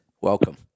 welcome